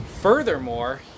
Furthermore